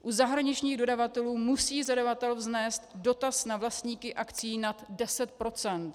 U zahraničních dodavatelů musí zadavatel vznést dotaz na vlastníky akcií nad 10 %.